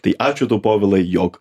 tai ačiū tau povilai jog